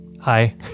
Hi